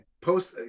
post